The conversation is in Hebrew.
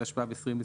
התשפ"ב-2021,